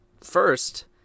First